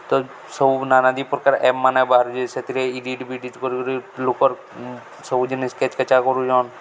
ତ ସବୁ ନାନାଦି ପ୍ରକାର ଏପ୍ମାନେ ବାହାରୁଚେ ସେଥିରେ ଇଡ଼ିଟ୍ ବିଡ଼ିଟ୍ କରିକରି ଲୋକର୍ ସବୁ ଜିନିଷ୍ କେଚ୍ କେଚା କରୁଚନ୍